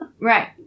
Right